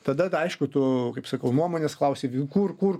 tada tai aišku tu kaip sakau nuomonės klausi kur kur